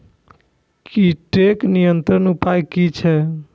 कीटके नियंत्रण उपाय कि छै?